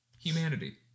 humanity